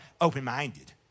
open-minded